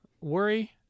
Worry